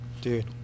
dude